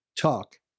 talk